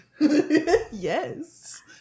Yes